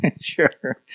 Sure